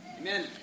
Amen